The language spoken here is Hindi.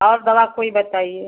और दवा कोई बताइए